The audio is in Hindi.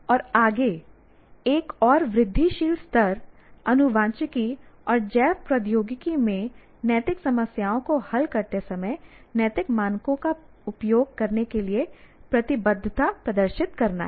और आगे एक और वृद्धिशील स्तर आनुवांशिकी और जैव प्रौद्योगिकी में नैतिक समस्याओं को हल करते समय नैतिक मानकों का उपयोग करने के लिए प्रतिबद्धता प्रदर्शित करना है